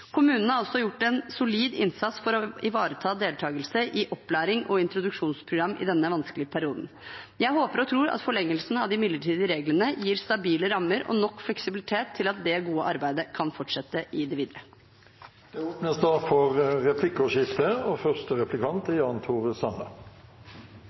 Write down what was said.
har også gjort en solid innsats for å ivareta deltakelse i opplæring og introduksjonsprogram i denne vanskelige perioden. Jeg håper og tror at forlengelsen av de midlertidige reglene gir stabile rammer og nok fleksibilitet til at det gode arbeidet kan fortsette i det videre. Det blir replikkordskifte. Høyre støtter forslaget og